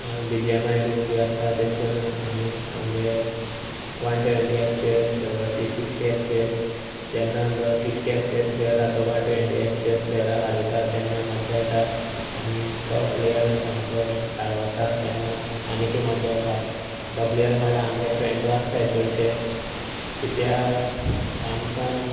B G M I room बी आसता तशें करून आमी आमचे one twenty F P S सी सिक्स्टी एफ पी एस जेन्ना जो sixty F P S player आसा तो one twenty F P S प्लेयरा हारयता तेन्ना मज्जा येता आनी तो प्लेयर सामको चाळवता तेन्ना आनिकूय मज्जा येता तो प्लेयर म्हळ्यार आमचो फ्रेंडू आसताय चडशे कित्याक आमकां